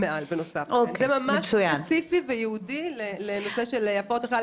זה ממש ספציפי וייעודי לנושא של הפרעות אכילה.